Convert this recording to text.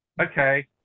Okay